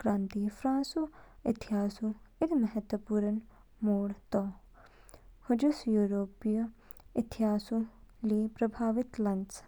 क्रांति फ़्रान्सऊ इतिहासऊ इद महत्वपूर्ण मोड़ तो, ह्जूस यूरोपीय इतिहासऊ ली प्रभावित लान्च।